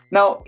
Now